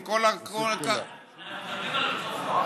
אנחנו מדברים על אותו חוק?